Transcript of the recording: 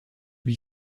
lui